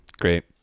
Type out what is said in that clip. Great